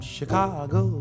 Chicago